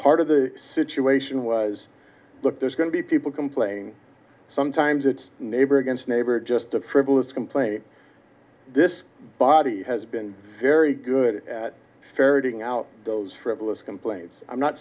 part of the situation was look there's going to be people complaining sometimes it's neighbor against neighbor just a frivolous complaint this body has been very good at ferreting out those frivolous complaints i'm not